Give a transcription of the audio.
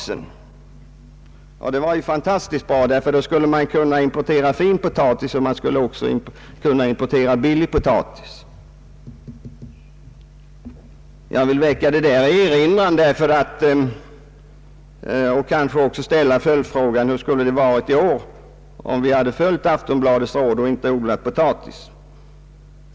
Det skulle vara fantastiskt bra, ty man skulle kunna importera fin potatis och billig potatis. Jag vill erinra om detta och ställa följande fråga: Hur skulle det ha varit i år, om vi hade följt Aftonbladets råd och inte odlat potatis?